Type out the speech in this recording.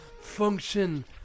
function